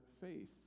faith